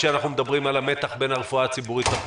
כשאנחנו מדברים על המתח בין הרפואה הציבורית לפרטית.